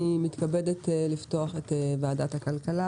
אני מתכבדת לפתוח את ישיבת ועדת הכלכלה.